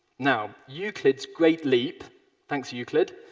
now, euclid's great leap thanks, euclid!